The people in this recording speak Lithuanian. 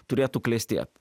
turėtų klestėt